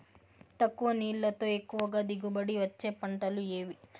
తక్కువ నీళ్లతో ఎక్కువగా దిగుబడి ఇచ్చే పంటలు ఏవి?